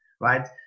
right